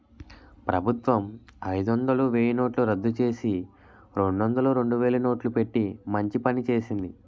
ప్రభుత్వం అయిదొందలు, వెయ్యినోట్లు రద్దుచేసి, రెండొందలు, రెండువేలు నోట్లు పెట్టి మంచి పని చేసింది